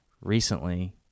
recently